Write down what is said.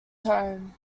home